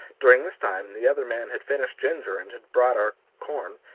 during this time the other man had finished ginger and had brought our corn,